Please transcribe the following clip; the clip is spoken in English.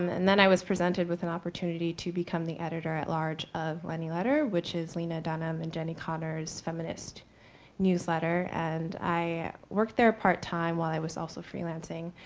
um and then i was presented with an opportunity to become the editor at large of lenny letter, which is lena dunham and jenny cotter's feminist newsletter. and i worked there part time while i was also freelancing.